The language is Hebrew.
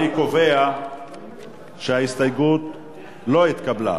אני קובע שההסתייגות לא התקבלה.